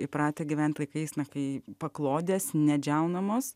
įpratę gyvent laikais na kai paklodės nedžiaunamos